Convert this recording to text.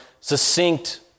succinct